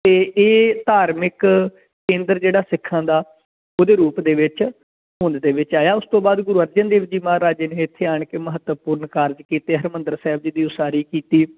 ਅਤੇ ਇਹ ਧਾਰਮਿਕ ਕੇਂਦਰ ਜਿਹੜਾ ਸਿੱਖਾਂ ਦਾ ਉਹਦੇ ਰੂਪ ਦੇ ਵਿੱਚ ਹੋਂਦ ਦੇ ਵਿੱਚ ਆਇਆ ਉਸ ਤੋਂ ਬਾਅਦ ਗੁਰੂ ਅਰਜਨ ਦੇਵ ਜੀ ਮਹਾਰਾਜ ਜੀ ਨੇ ਇੱਥੇ ਆਣ ਕੇ ਮਹੱਤਵਪੂਰਨ ਕਾਰਜ ਕੀਤੇ ਹਰਿਮੰਦਰ ਸਾਹਿਬ ਜੀ ਦੀ ਉਸਾਰੀ ਕੀਤੀ